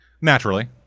Naturally